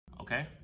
Okay